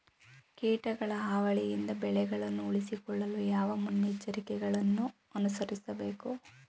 ಕೀಟಗಳ ಹಾವಳಿಯಿಂದ ಬೆಳೆಗಳನ್ನು ಉಳಿಸಿಕೊಳ್ಳಲು ಯಾವ ಮುನ್ನೆಚ್ಚರಿಕೆಗಳನ್ನು ಅನುಸರಿಸಬೇಕು?